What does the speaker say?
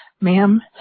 ma'am